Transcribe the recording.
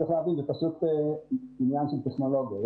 צריך להבין, זה פשוט עניין של טכנולוגיה.